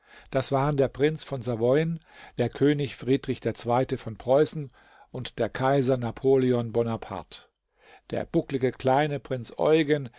das waren der prinz von savoyen der könig friedrich der zweite von preußen und der kaiser napoleon bonaparte der bucklige kleine prinz eugen